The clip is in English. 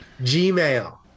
gmail